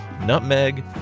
nutmeg